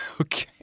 Okay